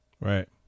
Right